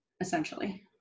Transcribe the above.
essentially